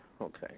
Okay